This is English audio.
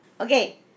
Okay